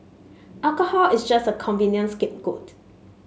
alcohol is just a convenient scapegoat